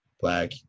Black